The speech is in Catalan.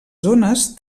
zones